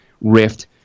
rift